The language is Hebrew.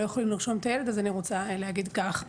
לא יכולים לרשום את הילד אז אני רוצה להגיד כך.